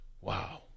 Wow